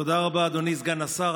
תודה רבה, אדוני סגן השר.